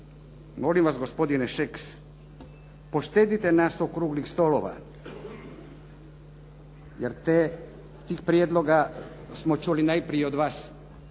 molim vas gospodine Šeks, poštedite nas okruglih stolova, jer tih prijedloga smo čuli najprije od vas.